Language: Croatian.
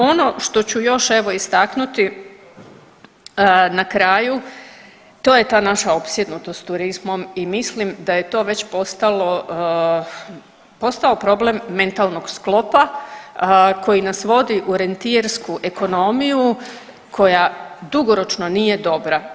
Ono što ću još evo istaknuti na kraju, to je ta naša opsjednutost turizmom i mislim da je to već postao problem mentalnog sklopa koja nas vodi u rentijersku ekonomiju koja dugoročno nije dobra.